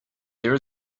there